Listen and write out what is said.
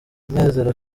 munezero